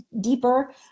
deeper